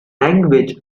language